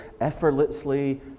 effortlessly